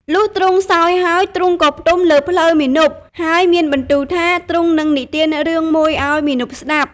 លុះទ្រង់សោយហើយ ទ្រង់ក៏ផ្ទំលើភ្លៅមាណព ហើយមានបន្ទូលថាទ្រង់នឹងនិទានរឿងមួយឱ្យមាណពស្តាប់។